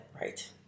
Right